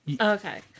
Okay